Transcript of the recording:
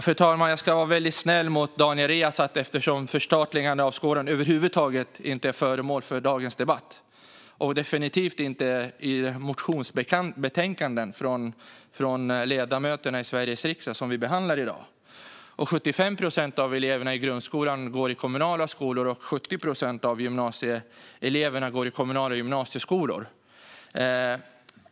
Fru talman! Jag ska vara snäll mot Daniel Riazat, eftersom förstatligande inte över huvud taget är föremål för dagens debatt. Det finns definitivt inte med i de motionsbetänkande från ledamöterna i Sveriges riksdag som vi behandlar i dag. 75 procent av eleverna i grundskolan går i kommunala skolor, och 70 procent av eleverna i gymnasiet går i kommunala gymnasieskolor.